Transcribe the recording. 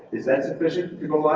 is that sufficient